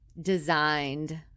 designed